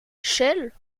shell